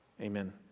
Amen